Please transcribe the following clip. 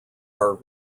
are